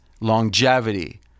longevity